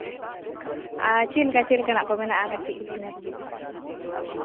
ᱟᱨ ᱪᱮᱫ ᱞᱮᱠᱟ ᱪᱮᱫ ᱞᱮᱠᱟᱱᱟᱜ ᱠᱚ ᱢᱮᱱᱟᱜᱼᱟ ᱠᱟᱹᱴᱤᱡ ᱞᱟᱹᱭ ᱧᱚᱜ ᱵᱤᱱ ᱥᱮ